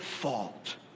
fault